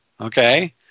okay